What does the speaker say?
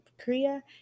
Korea